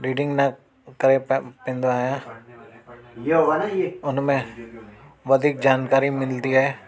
reading लाइ correct time पवंदो आए उन में वधीक जानकारी मिलंदी आहे